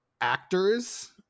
actors